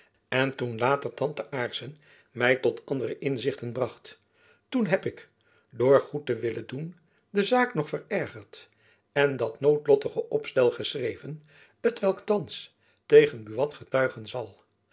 en toen later tante aarssen my tot andere jacob van lennep elizabeth musch inzichten bracht toen heb ik door goed te willen doen de zaak nog verergerd en dat noodlottige opstel geschreven t welk thands tegen buat getuigen zal